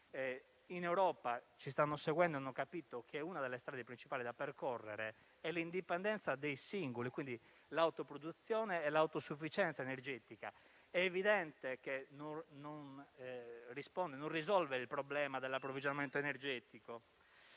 In Europa ci stanno seguendo e hanno capito che una delle strade principali da percorrere è l'indipendenza dei singoli, e quindi l'autoproduzione e l'autosufficienza energetica. È evidente che non risolve il problema dell'approvvigionamento energetico,